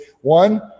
one –